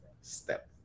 step